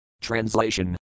Translation